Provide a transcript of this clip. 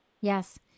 Yes